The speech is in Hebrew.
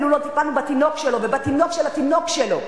כאילו לא טיפלנו בתינוק שלו ובתינוק של התינוק שלו,